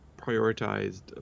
prioritized